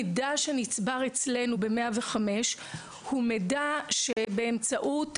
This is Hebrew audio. המידע שנצבר אצלנו ב-105 הוא מידע שבאמצעות